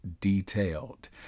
detailed